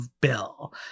bill